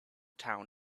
town